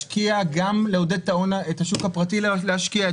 גם לעודד את השוק הפרטי להשקיע,